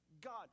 God